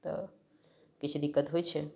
तऽ किछु दिक्कत होइ छै